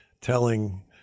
telling